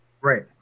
Right